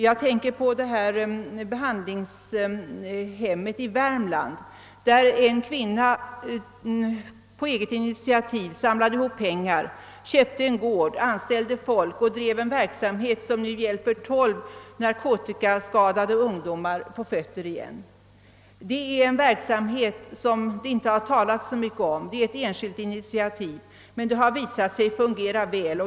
Jag tänker på det behandlingshem i Värmland, där en kvinna på eget initiativ samlade ihop pengar, köpte en gård, anställde personal och drev en verksamhet som nu hjälper tolv narkotikaskadade ungdomar på fötter igen. Verksamheten är igångsatt på enskilt initiativ. Det har inte talats så mycket om den, men den har visat sig fungera väl.